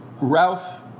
Ralph